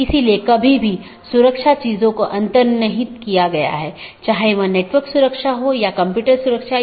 इसका मतलब है यह चीजों को इस तरह से संशोधित करता है जो कि इसके नीतियों के दायरे में है